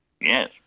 Yes